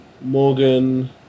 Morgan